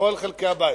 בין כל חלקי הבית,